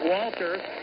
Walters